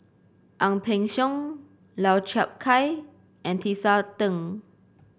Ang Peng Siong Lau Chiap Khai and Tisa Ng